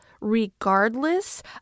regardless